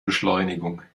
beschleunigung